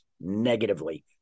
negatively